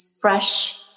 fresh